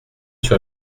sur